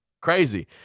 crazy